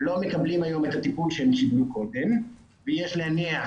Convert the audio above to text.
לא מקבלים היום את הטיפול שהם קיבלו קודם ויש להניח